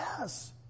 Yes